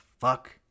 fuck